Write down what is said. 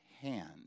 hand